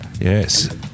Yes